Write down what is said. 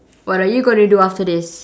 what are you gonna do after this